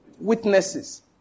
Witnesses